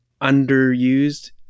underused